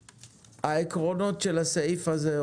העקרונות של הסעיף הזה,